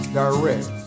direct